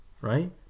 right